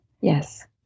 Yes